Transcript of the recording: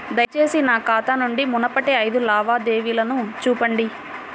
దయచేసి నా ఖాతా నుండి మునుపటి ఐదు లావాదేవీలను చూపండి